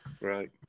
Right